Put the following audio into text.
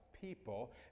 people